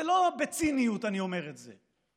לא בציניות אני אומר את זה,